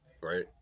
right